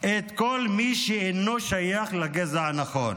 את כל מי שאינו שייך לגזע הנכון.